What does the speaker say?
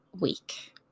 week